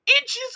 inches